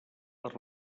per